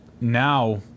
now